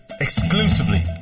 exclusively